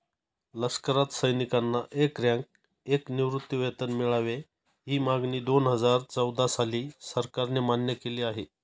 लष्करात सैनिकांना एक रँक, एक निवृत्तीवेतन मिळावे, ही मागणी दोनहजार चौदा साली सरकारने मान्य केली आहे